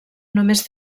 només